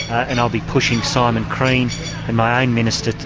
and i'll be pushing simon crean and my own minister,